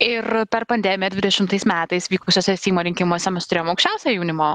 ir per pandemiją dvidešimtais metais vykusiuose seimo rinkimuose mes turėjom aukščiausią jaunimo